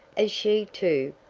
as she, too,